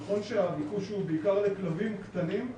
נכון שהביקוש הוא בעיקר לכלבים קטנים,